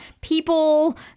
people